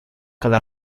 cada